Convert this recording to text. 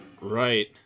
Right